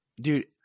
Dude